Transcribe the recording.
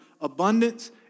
abundance